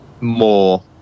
more